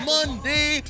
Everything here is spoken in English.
Monday